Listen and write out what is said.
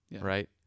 right